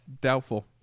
Doubtful